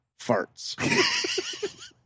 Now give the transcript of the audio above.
farts